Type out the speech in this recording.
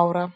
aura